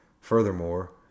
Furthermore